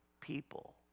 people